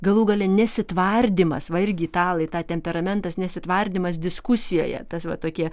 galų gale nesitvardymas va irgi italai tą temperamentas nesitvardymas diskusijoje tas va tokie